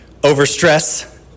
overstress